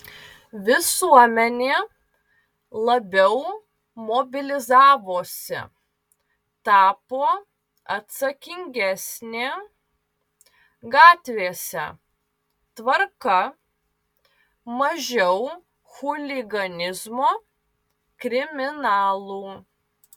visuomenė labiau mobilizavosi tapo atsakingesnė gatvėse tvarka mažiau chuliganizmo kriminalų